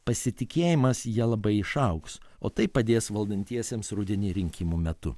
pasitikėjimas ja labai išaugs o tai padės valdantiesiems rudenį rinkimų metu